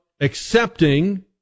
accepting